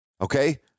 okay